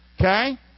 Okay